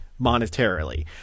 monetarily